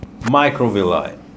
Microvilli